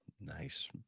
Nice